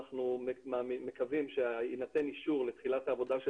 אנחנו מקווים שיינתן אישור לתחילת העבודה של